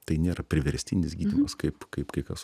tai nėra priverstinis gydymas kaip kai kas